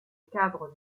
cadre